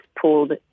pulled